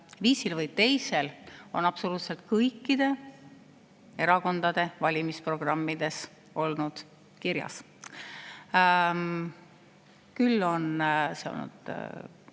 viisil või teisel on absoluutselt kõikide erakondade valimisprogrammides olnud kirjas. Küll on olnud